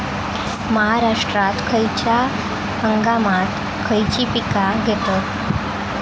महाराष्ट्रात खयच्या हंगामांत खयची पीका घेतत?